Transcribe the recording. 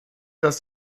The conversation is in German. dass